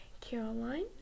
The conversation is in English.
Caroline